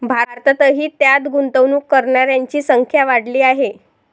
भारतातही त्यात गुंतवणूक करणाऱ्यांची संख्या वाढली आहे